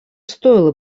стоило